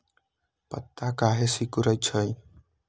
पत्ता काहे सिकुड़े छई?